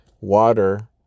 water